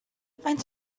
faint